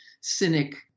cynic